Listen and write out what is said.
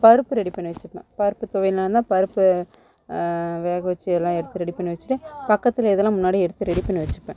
பருப்பு ரெடி பண்ணி வச்சுப்பேன் பருப்பு துவையலா இருந்தால் பருப்பு வேக வச்சு இதெல்லாம் எடுத்து ரெடி பண்ணி வச்சுட்டு பக்கத்தில் இதெல்லாம் முன்னாடியே எடுத்து ரெடி பண்ணி வச்சுப்பேன்